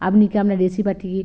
আপনি কি আপনার রেসিপিটি